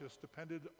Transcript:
depended